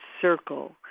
circle